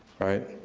right?